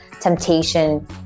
temptation